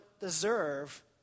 deserve